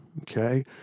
okay